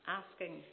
asking